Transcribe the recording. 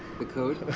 the code?